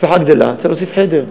המשפחה גדלה, צריך להוסיף חדר.